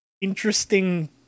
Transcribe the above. interesting